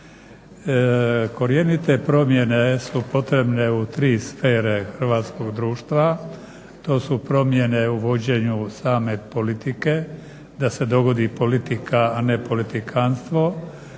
Korjenite promjene su potrebne u tri sfere hrvatskog društva. To su promjene u vođenju same politike, da se dogodi politika, a ne politikanstvo.